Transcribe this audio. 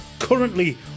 Currently